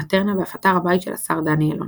מטרנה ואף אתר הבית של השר דני אילון,